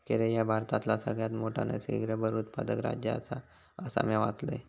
केरळ ह्या भारतातला सगळ्यात मोठा नैसर्गिक रबर उत्पादक राज्य आसा, असा म्या वाचलंय